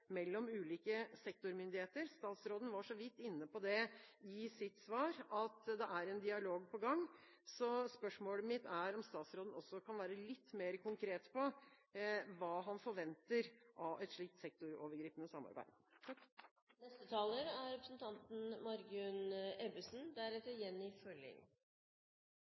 mellom ulike sektormyndigheter. Statsråden var så vidt inne på at det er en dialog på gang i sitt svar. Så spørsmålet mitt er om statsråden også kan være litt mer konkret på hva han forventer av et slikt sektorovergripende samarbeid.